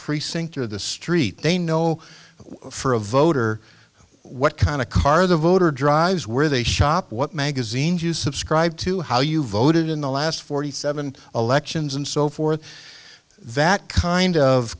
precinct or the street they know for a voter what kind of car the voter drives where they shop what magazines you subscribe to how you voted in the last forty seven elections and so forth that kind of